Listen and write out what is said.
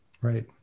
Right